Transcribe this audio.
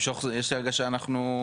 יש לי הרגשה שאנחנו...